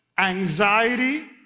Anxiety